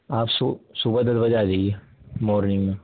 آپ سو صبح دس بجے آ جائیے مارننگ میں